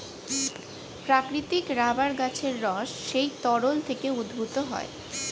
প্রাকৃতিক রাবার গাছের রস সেই তরল থেকে উদ্ভূত হয়